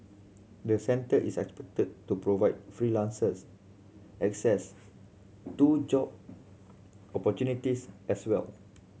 the centre is expected to provide freelancers access to job opportunities as well